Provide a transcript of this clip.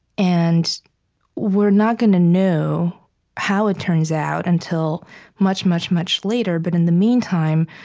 and we're not going to know how it turns out until much, much, much later. but in the meantime,